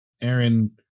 aaron